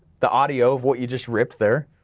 the audio of what you just ripped there